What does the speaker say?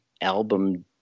album